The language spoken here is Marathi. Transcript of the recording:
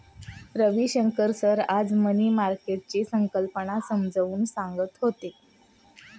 रविशंकर सर आज मनी मार्केटची संकल्पना समजावून सांगत होते